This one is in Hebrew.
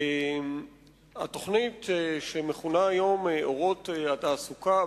התוכנית שמכונה היום "אורות לתעסוקה",